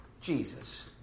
Jesus